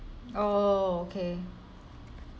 oh okay